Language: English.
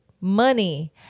money